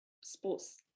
sports